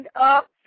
up